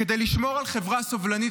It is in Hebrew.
כדי לשמור על חברה סובלנית,